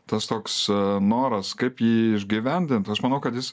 tas toks noras kaip jį išgyvendint aš manau kad jis